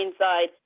inside